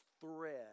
thread